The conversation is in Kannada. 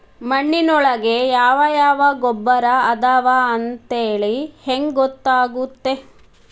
ಮಣ್ಣಿನೊಳಗೆ ಯಾವ ಯಾವ ಗೊಬ್ಬರ ಅದಾವ ಅಂತೇಳಿ ಹೆಂಗ್ ಗೊತ್ತಾಗುತ್ತೆ?